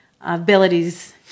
abilities